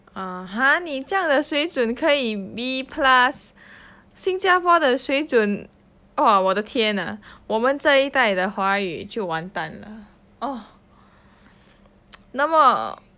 ah !huh! 你这样的水准可以 B plus 新加坡的水准哇我的天啊我们这一代的华语就完蛋了哦那么